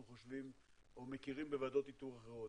חושבים או מכירים מוועדות איתור אחרות.